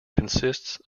consists